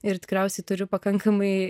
ir tikriausiai turiu pakankamai